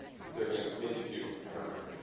that they're going to maybe two, i don't remember.